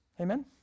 Amen